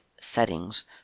settings